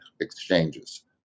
exchanges